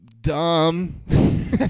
Dumb